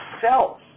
self